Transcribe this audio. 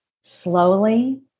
slowly